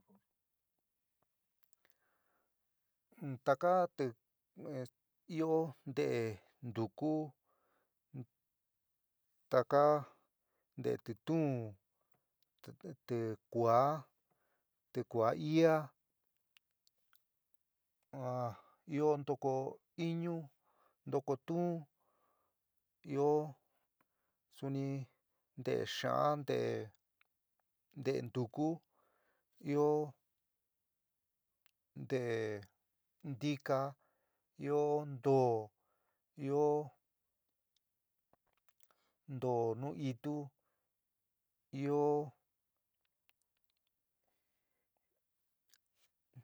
Taka ɨó nte'é ntukú, taka nte'é tituún. tikuaá. tikuá iiá ɨó ntoko iñu, ntoko túún, ɨó suni ntee xa'án ntee ntúkú ɨó ntee ntika ɨó ntóó ɨó ntóó nu itú ɨó.